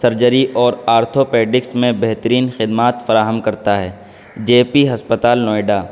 surgery اور orthopaedics میں بہترین خدمات فراہم کرتا ہے جے پی ہسپتال نوئیڈا